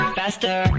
faster